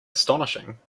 astonishing